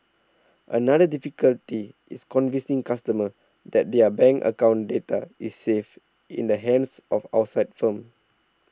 another difficulty is convincing customers that their bank account data is safe in the hands of outside firms